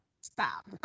stop